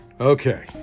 Okay